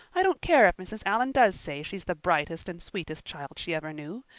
i don't care if mrs. allan does say she's the brightest and sweetest child she ever knew.